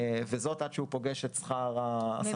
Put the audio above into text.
וזאת עד שהוא פוגש את השכר הממוצע.